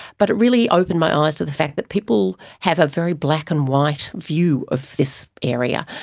but it really opened my eyes to the fact that people have a very black and white view of this area.